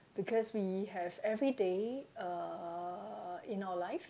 because we have everyday uh in our life